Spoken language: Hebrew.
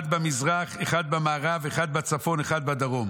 אחד במזרח, אחד במערב, אחד בצפון, אחד בדרום,